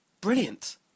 Brilliant